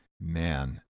man